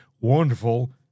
wonderful